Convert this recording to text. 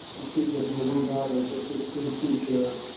i see with my one daughter, who's a first-grade teacher,